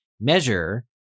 measure